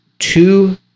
two